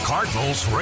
Cardinals